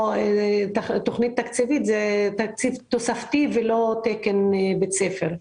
תכנית תקציבית זה תקציב תוספתי ולא תקן בית ספר.